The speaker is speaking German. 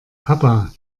papa